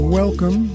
welcome